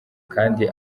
kdi